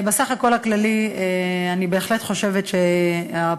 בסך הכול הכללי אני בהחלט חושבת שהפוטנציאל,